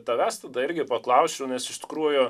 tavęs tada irgi paklausčiau nes iš tikrųjų